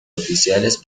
oficiales